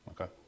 Okay